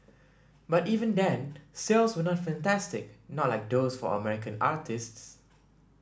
but even then sales were not fantastic not like those for American artistes